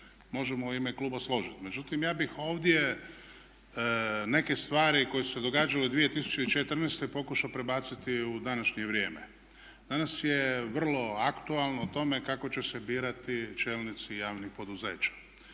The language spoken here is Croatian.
možemo u ime kluba složiti. Međutim, ja bih ovdje neke stvari koje su se događale 2014. pokušao prebaciti u današnje vrijeme. Danas je vrlo aktualno o tome kako će se birati čelnici javnih poduzeća.